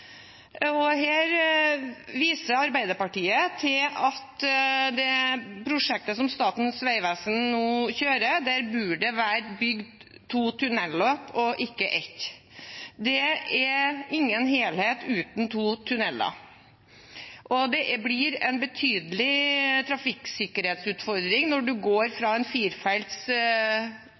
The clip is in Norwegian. prosjekt. Her viser Arbeiderpartiet til at i det prosjektet som Statens vegvesen nå kjører, burde det vært bygd to tunnelløp og ikke ett. Det er ingen helhet uten to tunneler, og det blir en betydelig trafikksikkerhetsutfordring når man går fra en